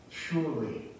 Surely